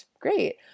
great